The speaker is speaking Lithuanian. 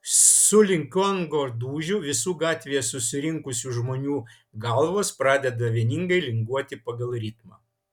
sulig gongo dūžiu visų gatvėje susirinkusių žmonių galvos pradeda vieningai linguoti pagal ritmą